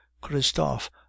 christophe